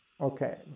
Okay